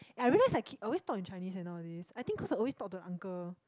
I realised I keep I always talk in Chinese eh nowadays I think cause I always talk to the uncle